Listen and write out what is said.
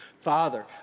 Father